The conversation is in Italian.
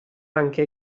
anche